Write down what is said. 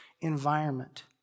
environment